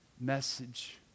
message